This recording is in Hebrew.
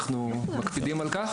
אנחנו מקפידים על כך.